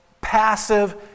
passive